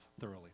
thoroughly